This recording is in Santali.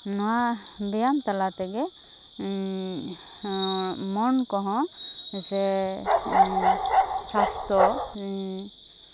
ᱱᱚᱣᱟ ᱵᱮᱭᱟᱢ ᱛᱟᱞᱟ ᱛᱮᱜᱮ ᱢᱚᱱ ᱠᱚᱦᱚᱸ ᱥᱮ ᱥᱟᱥᱛᱷᱚ